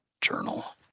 journal